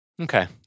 Okay